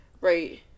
right